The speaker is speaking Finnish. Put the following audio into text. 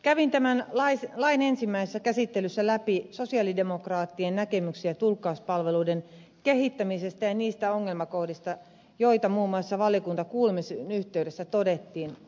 kävin tämän lain ensimmäisessä käsittelyssä läpi sosialidemokraattien näkemyksiä tulkkauspalveluiden kehittämisestä ja niistä ongelmakohdista joita muun muassa valiokuntakuulemisen yhteydessä todettiin